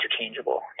interchangeable